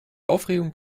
aufregung